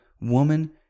Woman